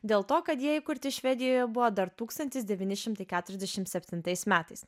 dėl to kad jie įkurti švedijoje buvo dar tūkstantis devyni šimtai keturiasdešim septintais metais